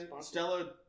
Stella